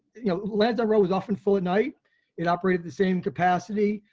you know, lance arrows often fully night it operated the same capacity.